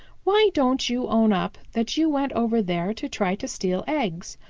why don't you own up that you went over there to try to steal eggs?